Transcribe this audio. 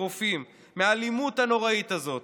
על החיים שלנו.